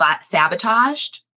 sabotaged